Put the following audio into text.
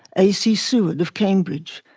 ac seward of cambridge,